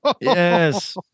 yes